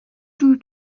due